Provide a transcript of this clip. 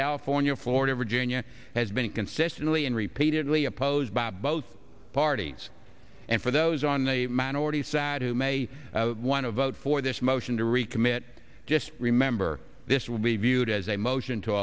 california florida virginia has been consistently and repeatedly opposed by both parties and for those on the minority side who may one a vote for this motion to recommit just remember this will be viewed as a motion to